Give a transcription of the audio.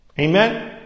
Amen